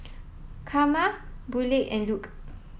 Carma Burleigh and Luc